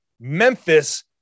Memphis